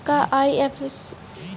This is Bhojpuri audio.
का आई.एफ.एस.सी कोड लिखल जरूरी बा साहब?